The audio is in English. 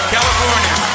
California